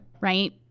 right